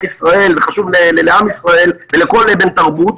ישראל וחשוב לעם ישראל ולכל בן תרבות,